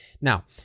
now